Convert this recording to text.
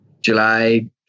July